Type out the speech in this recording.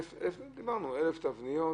1,000 תבניות.